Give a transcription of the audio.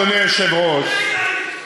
אדוני היושב-ראש,